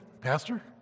Pastor